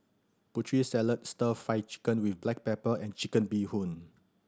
Putri Salad Stir Fry Chicken with black pepper and Chicken Bee Hoon